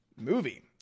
movie